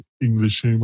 English